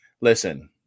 Listen